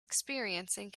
experiencing